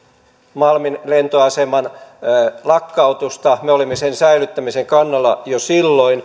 malmin lentoaseman lakkautusta me olimme sen säilyttämisen kannalla jo silloin